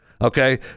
okay